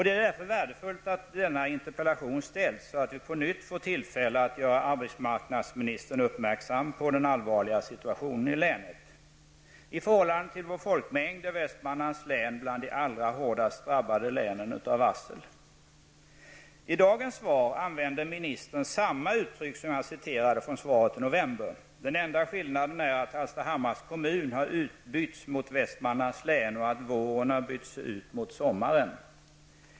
Det är därför värdefullt att denna interpellation har ställts, så att vi på nytt får tillfälle att göra arbetsmarknadsministern uppmärksam på den allvarliga situationen i länet. I förhållande till vår folkmängd är Västmanlands län ett av de län som drabbats allra hårdast av varsel. I dagens svar använde ministern samma uttryck som jag citerade från svaret i november. Den enda skillnaden är att Hallstahammars kommun har bytts ut mot Västmanlands län och att våren har bytts ut mot sommaren.